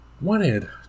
wanted